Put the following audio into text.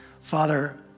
Father